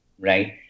right